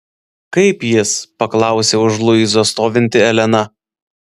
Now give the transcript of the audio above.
kaip jis paklausė už luizos stovinti elena